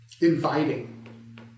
inviting